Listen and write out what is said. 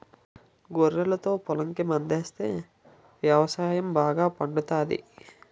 గొర్రెలతో పొలంకి మందాస్తే వ్యవసాయం బాగా పండుతాది